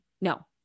No